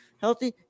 healthy